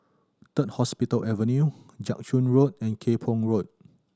Third Hospital Avenue Jiak Chuan Road and Kay Poh Road